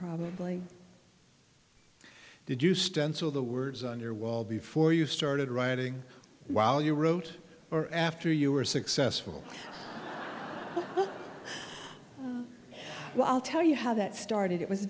probably did you stencil the words on your wall before you started writing while you wrote or after you were successful i'll tell you how that started it was